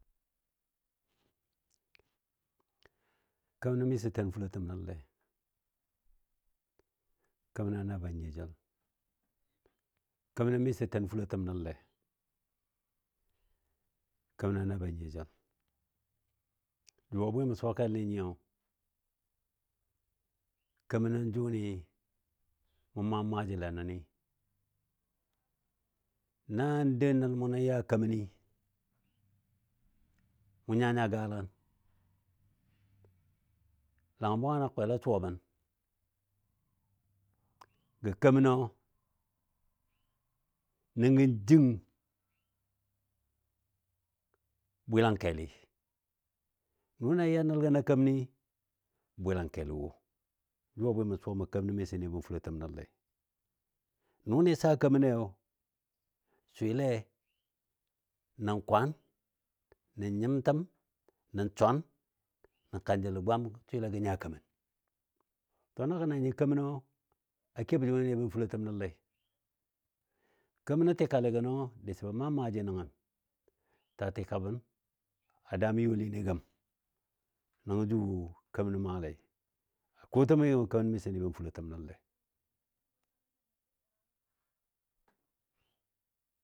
kemənɔ mɨsɔ ten fulotəm nəllɛ, kəmənɔ a nabɔ a nyiyo jəli. Kemənɔ mɨsɔ ten fulotəm nəllɛ, kəmənɔ a nabɔ a nyiyo jəli. Jʊ a bwɨ mən suwa kɛlnɨ nyiyo, kemənɔ jʊni mɔ maam maajile nəni nan dou nəl munɔ ya kəmənɨ, mʊ nya nya galan. Langən bwangəna kwela suwa bən gɔ kemənɔ nəngɔ jəng bwɨlangkɛlɨ, nʊnɨ a ya nəl a keməmɨ bwɨlangkɛlɔ wo n juabwɨ mə suwa mə kemənɔ mɨsɔ nɨ bən fulotəm nəl lɛi nʊnɨ a ya nəl gəna keməni bwɨlangkɛlɔ wo. Jʊ a bwɨ mə suwa mə kemənɔ miso nɨ bən fulotəm nəllei, nʊnɨ saa kemənnɛi, swɨlɛ nən kwaan, nən nyitəm, nən swan, nən kanjəlɔ gwam gə swɨle gə nya kemən. To na gəna nyi kemənɔ a kebɔ jʊnɨ nɨ bən fulotem nəllɛi, kemənɔ ti'kalɨ gənɔ disɔ bə maam nəngən ta tɨkabən a daam youlinɨ gəm. Nəngɔ jʊ kemənɔ maalei a kotəm mi gəm kemənɔ mɨsɔ nɨbən fulotəm nəl lɛɨ.